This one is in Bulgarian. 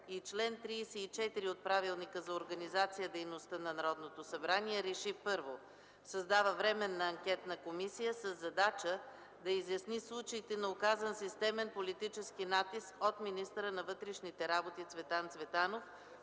и чл. 34 от Правилника за организацията и дейността на Народното събрание РЕШИ: 1. Създава Временна анкетна комисия със задача да изясни случаите на оказан системен политически натиск от министъра на вътрешните работи Цветан Цветанов,